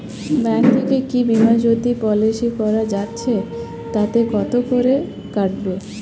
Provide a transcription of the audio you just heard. Bank থেকে কী Bimajyoti policy করা যাচ্ছে তাতে কত করে কাটবে?